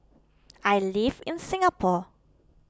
I live in Singapore